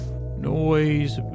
noise